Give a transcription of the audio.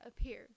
appear